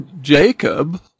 Jacob